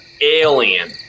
alien